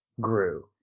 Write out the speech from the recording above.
grew